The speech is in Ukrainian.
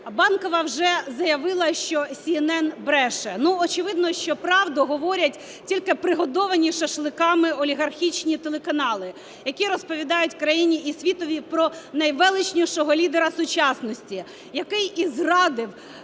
Банкова вже заявила, що CNN бреше. Ну, очевидно, що правду говорять тільки пригодовані шашликами олігархічні телеканали, які розповідають країні і світові про найвеличнішого лідера сучасності, який і зрадив